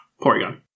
Porygon